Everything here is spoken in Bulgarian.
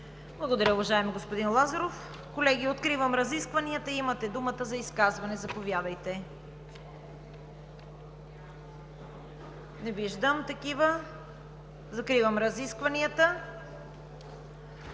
Благодаря, уважаеми господин Лазаров. Колеги, откривам разискванията. Имате думата за изказвания. Заповядайте. Не виждам такива. Закривам разискванията.